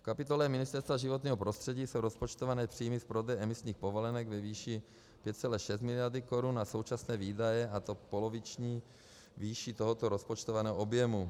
V kapitole Ministerstva životního prostředí jsou rozpočtované příjmy z prodeje emisních povolenek ve výši 5,6 mld. Kč a současné výdaje, a to v poloviční výši tohoto rozpočtovaného objemu.